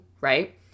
right